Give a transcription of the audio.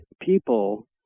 people